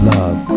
Love